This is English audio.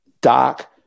dark